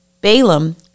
Balaam